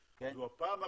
זו הפעם הראשונה,